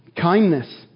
Kindness